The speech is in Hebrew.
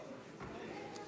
זו הצעה שלי?